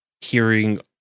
hearing